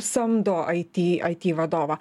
samdo aiti aiti vadovą